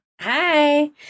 Hi